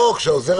כשעוזר